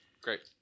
Great